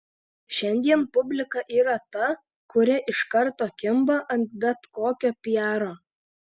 šiandien publika yra ta kuri iš karto kimba ant bet kokio piaro